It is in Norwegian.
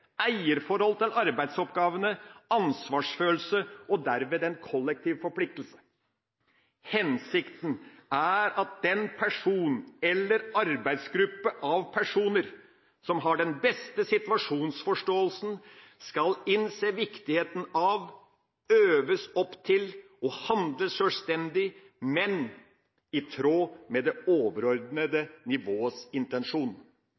eierforhold til arbeidsoppgavene, ansvarsfølelse og derved en kollektiv forpliktelse. Hensikten er at den person eller arbeidsgruppe av personer som har den beste situasjonsforståelsen, skal innse viktigheten av, øves opp til, å handle sjølstendig, men i tråd med det overordnede nivås intensjon,